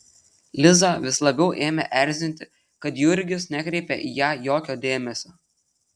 lizą vis labiau ėmė erzinti kad jurgis nekreipia į ją jokio dėmesio